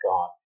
God